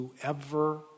whoever